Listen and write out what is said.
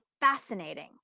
fascinating